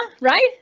right